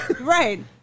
Right